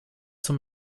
zum